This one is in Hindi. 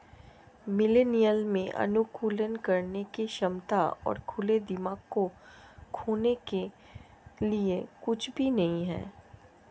मिलेनियल में अनुकूलन करने की क्षमता और खुले दिमाग को खोने के लिए कुछ भी नहीं है